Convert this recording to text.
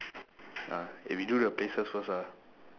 uh eh we do the places first ah